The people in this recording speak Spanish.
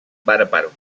bárbaro